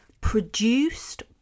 produced